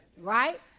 right